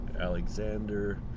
Alexander